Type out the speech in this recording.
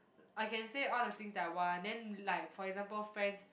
I can say all the things that I want then like for example friends